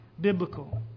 biblical